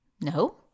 no